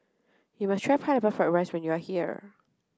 you must try pineapple fried rice when you are here